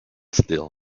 still